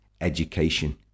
education